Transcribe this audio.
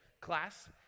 class